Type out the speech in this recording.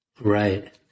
Right